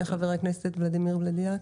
חבר הכנסת ולדימיר בליאק,